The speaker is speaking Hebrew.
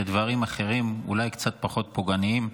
ודברים אחרים, אולי קצת פחות פוגעניים?